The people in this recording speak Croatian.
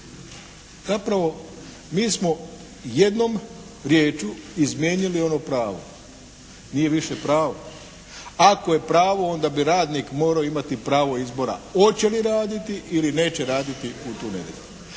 Zapravo mi smo jednom riječju izmijenili ono pravo. Nije više pravo. Ako je pravo onda bi radnik morao imati pravo izbora hoće li raditi ili neće raditi u tu nedjelju.